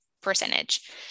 percentage